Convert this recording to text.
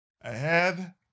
ahead